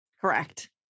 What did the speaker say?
Correct